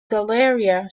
galleria